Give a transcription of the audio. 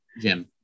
jim